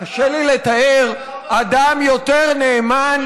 קשה לי לתאר אדם יותר נאמן